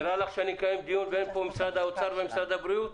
נראה לך שאקיים דיון ללא משרד הבריאות ומשרד האוצר?